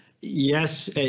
Yes